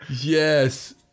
Yes